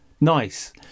Nice